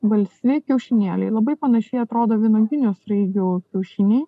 balsvi kiaušinėliai labai panašiai atrodo vynuoginių sraigių kiaušiniai